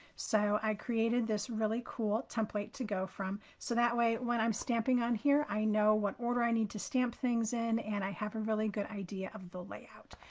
so i created this really cool template to go from. so that way, when i'm stamping on here, i know what order i need to stamp things in. and i have a really good idea of the layout.